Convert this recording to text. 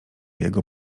jego